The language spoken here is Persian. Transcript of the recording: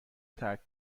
ترک